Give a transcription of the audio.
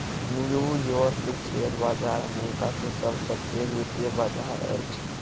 new York share बाजार America के सब से पैघ वित्तीय बाजार अछि